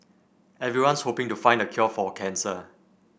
everyone's hoping to find the cure for cancer